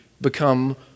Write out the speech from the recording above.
become